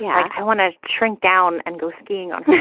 yeah i want to shrink down and go skiing on